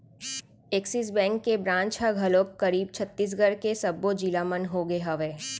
Axis bank के branch ह घलोक करीब छत्तीसगढ़ के सब्बो जिला मन होगे हवय